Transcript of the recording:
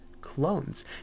clones